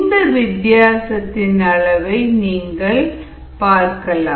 இந்த வித்தியாசத்தின் அளவை நீங்கள் பார்க்கலாம்